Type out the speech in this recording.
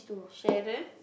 sharon